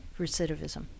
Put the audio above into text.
recidivism